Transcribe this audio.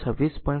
તેથી v 26